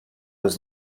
was